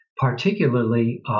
particularly